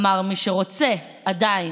אמר מי שרוצה עדיין,